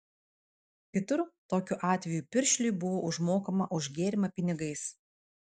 kitur tokiu atveju piršliui buvo užmokama už gėrimą pinigais